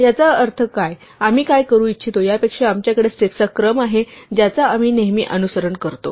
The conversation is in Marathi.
याचा अर्थ आम्ही काय करू इच्छितो यापेक्षा आमच्याकडे स्टेप्सचा क्रम आहे ज्याचा आम्ही नेहमी अनुसरण करतो